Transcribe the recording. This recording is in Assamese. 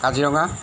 কাজিৰঙা